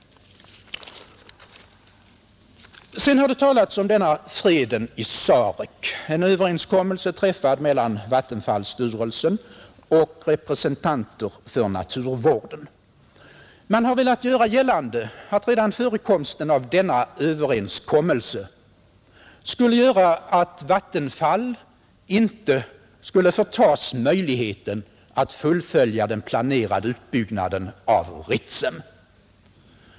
Sedan har det talats om freden i Sarek, en överenskommelse träffad mellan vattenfallsstyrelsen och representanter för naturvården. Man har velat göra gällande att redan förekomsten av denna överenskommelse skulle göra att Vattenfall inte skulle förtas möjligheten att fullfölja den planerade utbyggnaden av Ritsem.